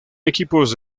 equipos